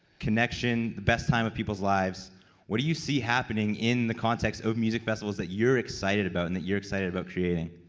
connection the best time of people's lives what do you see happening in the context of music festivals that you're excited about and that you're excited about creating?